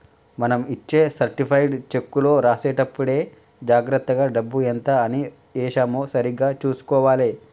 మనం ఇచ్చే సర్టిఫైడ్ చెక్కులో రాసేటప్పుడే జాగర్తగా డబ్బు ఎంత అని ఏశామో సరిగ్గా చుసుకోవాలే